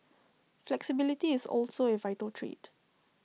flexibility is also A vital trait